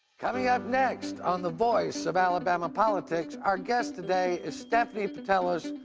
coming up next on the voice of alabama politics our guest today is stephanie petelos,